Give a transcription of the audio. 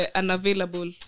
unavailable